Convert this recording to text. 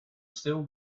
still